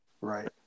Right